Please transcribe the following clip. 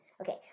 Okay